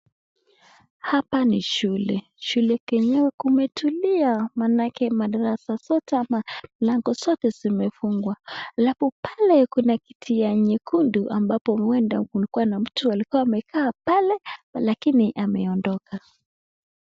Hapa ni shule. Shule kenyewe kumetulia maanake madarasa zote ama lango zote zimefungwa. Halafu pale kuna kiti ya nyekundu ambapo huenda kulikuwa na mtu alikuwa amekaa pale lakini ameondoka.